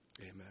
Amen